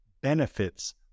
benefits